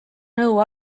nõu